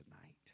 tonight